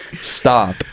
Stop